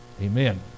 Amen